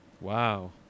wow